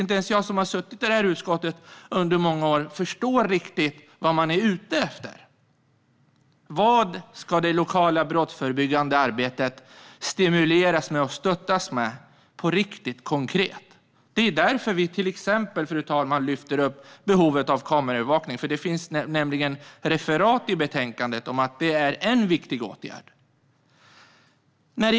Inte ens jag som har suttit i utskottet under många år förstår riktigt vad man är ute efter. På vilket sätt ska det lokala brottsförebyggande arbetet på riktigt och konkret stimuleras och stöttas? Själva lyfter vi till exempel, fru talman, upp behovet av kameraövervakning. Det finns nämligen referat i betänkandet om att detta är en viktig åtgärd.